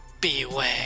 Beware